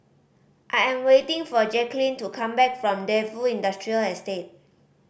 I am waiting for Jacquelynn to come back from Defu Industrial Estate